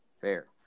Fair